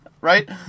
right